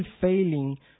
failing